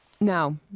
Now